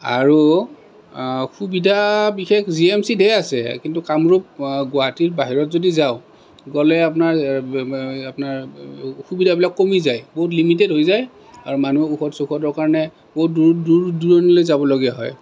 আৰু সুবিধা বিশেষ জি এম চিত হে আছে কিন্তু কামৰূপ গুৱাহাটীৰ বাহিৰত যদি যাওঁ গ'লে আপোনাৰ আপোনাৰ সুবিধাবিলাক কমি যায় বহুত লিমিটেড হৈ যায় আৰু মানুহ ঔষধ চৌষধৰ কাৰণে বহু দূৰ দূৰ দূৰ দূৰণিলৈ যাবলগীয়া হয়